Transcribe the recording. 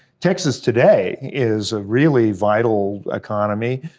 texas today is a really vital economy,